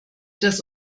das